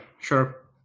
sure